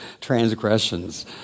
transgressions